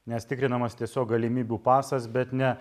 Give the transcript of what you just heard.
nes tikrinamas tiesiog galimybių pasas bet ne